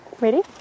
Ready